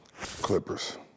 Clippers